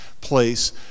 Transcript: place